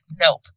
nope